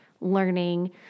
Learning